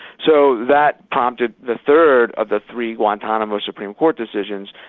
so that prompted the third of the three guantanamo supreme court decisions,